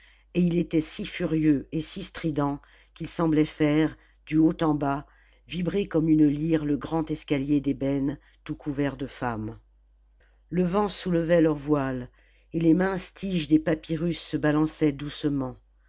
et il était si furieux et si strident qu'il semblait faire du haut en bas vibrer comme une lyre le grand escalier d'ébène tout couvert de femmes le vent soulevait leurs voiles et les minces tiges des papyrus se balançaient doucement